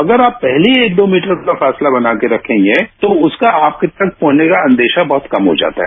अगर आप पहले ही एक दो मीटर का प्रासला बनाकर रखेंगे तो उसका आप तक पहचने का अंदेशा बहत कम हो जाता है